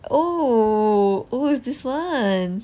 oh oh it's this one